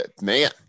Man